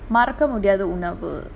மறக்க முடியாத உணவு:maraka mudiyaatha unavu